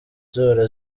zihora